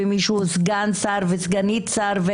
ומישהו סגן שר וסגנית שר.